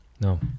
no